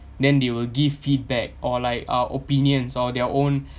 then they will give feedback or like uh opinions or their own